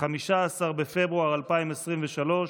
15 בפברואר 2023,